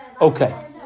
Okay